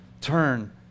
turn